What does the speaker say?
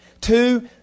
Two